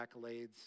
accolades